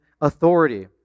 authority